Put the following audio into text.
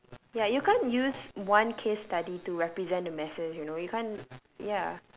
ya you can't use one case study to represent the masses you know you can't ya